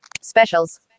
specials